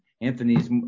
Anthony's